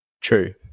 True